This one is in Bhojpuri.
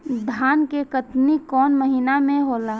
धान के कटनी कौन महीना में होला?